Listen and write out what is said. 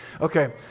Okay